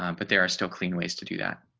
um but there are still clean ways to do that.